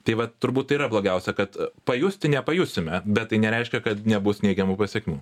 tai va turbūt tai yra blogiausia kad pajusti nepajusime bet tai nereiškia kad nebus neigiamų pasekmių